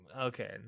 Okay